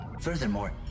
Furthermore